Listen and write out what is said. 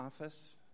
office